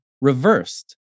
reversed